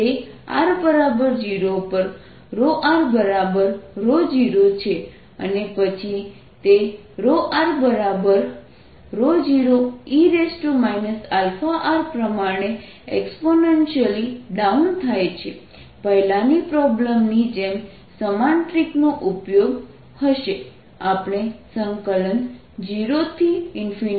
તે r 0 પર r0છે અને પછી તે r0e r પ્રમાણે એક્સ્પોનેન્શલી ડાઉન થાય છે પહેલા ની પ્રોબ્લેમની જેમ સમાન ટ્રિક નો ઉપયોગ હશે આપણે 0Vr